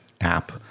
app